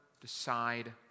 decide